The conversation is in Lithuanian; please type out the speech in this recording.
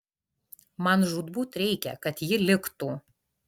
man žūtbūt reikia kad ji liktų